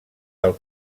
del